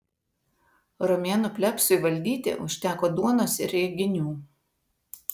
romėnų plebsui valdyti užteko duonos ir reginių